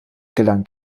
gelang